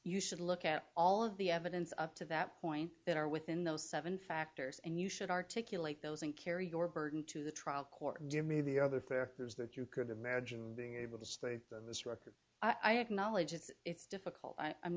you should look at all of the evidence up to that point that are within those seven factors and you should articulate those and carry your burden to the trial court and give me the other fair there's that you could imagine being able to stay on this record i acknowledge it's difficult i